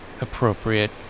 appropriate